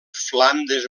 flandes